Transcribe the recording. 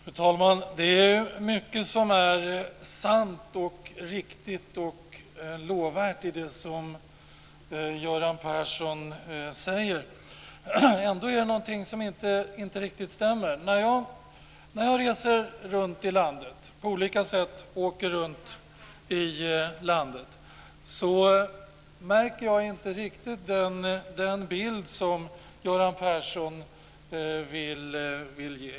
Fru talman! Det är mycket i det som Göran Persson säger som är sant, riktigt och lovvärt. Ändå är det något som inte stämmer. När jag på olika sätt åker runt i landet ser jag inte riktigt den bild som Göran Persson vill ge.